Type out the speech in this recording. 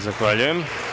Zahvaljujem.